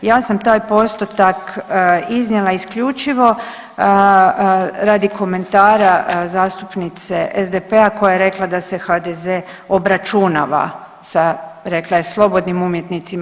Ja sam taj postotak iznijela isključivo radi komentara zastupnice SDP-a koja je rekla da se HDZ obračunava sa rekla je slobodnim umjetnicima.